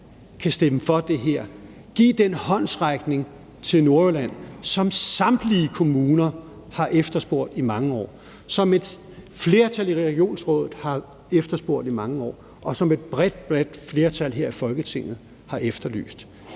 kan stemme for det her og give den håndsrækning til Nordjylland, som samtlige kommuner har efterspurgt i mange år, som et flertal i regionsrådet har efterspurgt i mange år, og som et bredt flertal her i Folketinget har efterlyst.